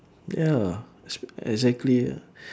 ya ex~ exactly ya